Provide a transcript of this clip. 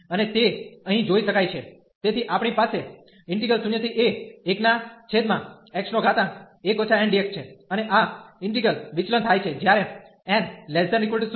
અને તે અહીં જોઇ શકાય છે તેથી આપણી પાસે 0a1x1 ndx છે અને આ ઇન્ટિગલ વિચલન થાય છે જ્યારે n≤0